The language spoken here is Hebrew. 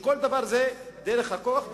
שכל דבר אפשר לפתור דרך הכוח,